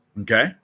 Okay